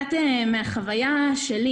אני רוצה לשתף אתכם מחוויות שלי.